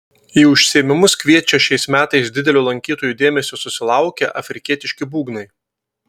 į užsiėmimus kviečia šiais metais didelio lankytojų dėmesio susilaukę afrikietiški būgnai